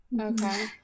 Okay